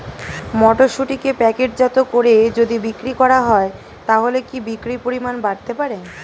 মটরশুটিকে প্যাকেটজাত করে যদি বিক্রি করা হয় তাহলে কি বিক্রি পরিমাণ বাড়তে পারে?